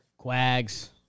Quags